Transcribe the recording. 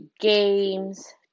games